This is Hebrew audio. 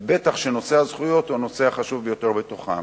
ובטח שנושא הזכויות הוא הנושא החשוב ביותר בתוכם.